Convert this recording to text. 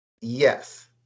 Yes